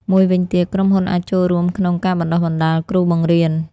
មួយវិញទៀត ក្រុមហ៊ុនអាចចូលរួមក្នុង ការបណ្តុះបណ្តាលគ្រូបង្រៀន។